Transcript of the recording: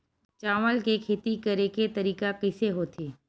चावल के खेती करेके तरीका कइसे होथे?